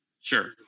Sure